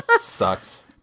sucks